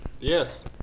Yes